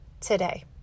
today